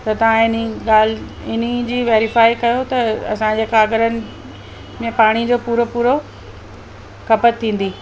त तव्हां हिन ॻाल्हि हिन जी वैरिफाई कयो त असांजे काॻरनि में पाणीअ जो पूरो पूरो खपत थींदी